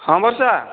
ହଁ ବର୍ଷା